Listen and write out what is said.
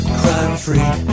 crime-free